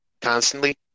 constantly